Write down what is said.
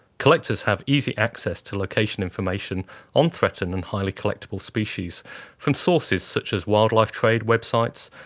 collectors have easy access to location information on threatened and highly collectable species from sources such as wildlife trade websites,